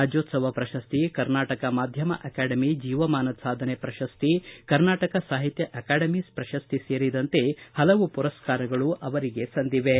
ರಾಜ್ಯೋತ್ಸವ ಪ್ರಶಸ್ತಿ ಕರ್ನಾಟಕ ಮಾಧ್ಯಮ ಅಕಾಡೆಮಿ ಜೀವಮಾನದ ಸಾಧನೆ ಪ್ರಶಸ್ತಿ ಕರ್ನಾಟಕ ಸಾಹಿತ್ಯ ಅಕಾಡೆಮಿ ಪ್ರಶಸ್ತಿ ಸೇರಿದಂತೆ ಹಲವು ಪುರಸ್ಕಾರಗಳು ಸಂದಿವೆ